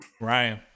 Ryan